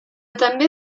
també